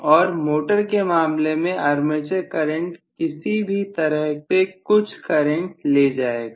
और मोटर के मामले में आर्मेचर कंडक्टर किसी भी तरह से कुछ करंट ले जाएगा